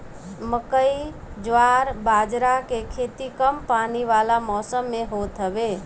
मकई, जवार बजारा के खेती कम पानी वाला मौसम में होत हवे